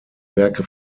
werke